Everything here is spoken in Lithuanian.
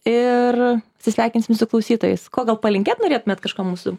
ir atsisveikinsim su klausytojais ko gal palinkėt norėtumėt kažko mūsų